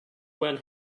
when